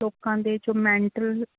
ਲੋਕਾਂ ਦੇ ਜੋ ਮੈਂਟਲ